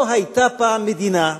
היה היתה פעם מדינה,